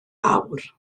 awr